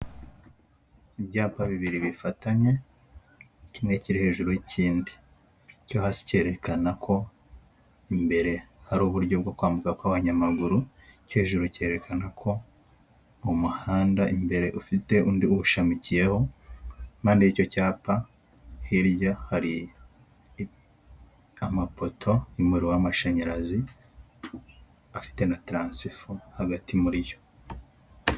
Ibyapa bibiri bifatanye kimwe kiri hejuru y'ikindi. Icyo hasi cyerekana ko imbere hari uburyo bwo kwambuka kw'abanyamaguru, icyo hejuru cyerekana ko mu muhanda imbere ufite undi uwushamikiyeho, impande y'icyo cyapa hirya hari amapoto y'umuriro w'amashanyarazi afite na taransifo hagati muri yo.